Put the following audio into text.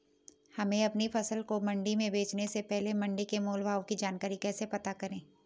हमें अपनी फसल को मंडी में बेचने से पहले मंडी के मोल भाव की जानकारी कैसे पता करें?